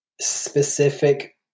specific